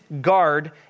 guard